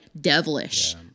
devilish